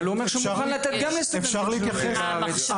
אבל הוא אומר שהוא מוכן לתת גם לסטודנטים שלומדים בארץ.